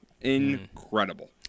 Incredible